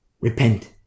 Repent